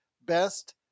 best